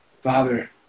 Father